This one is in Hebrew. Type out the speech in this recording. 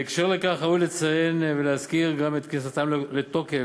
בהקשר זה ראוי לציין ולהזכיר גם את כניסתן לתוקף,